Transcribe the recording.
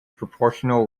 proportional